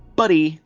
buddy